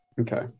okay